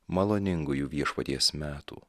maloningųjų viešpaties metų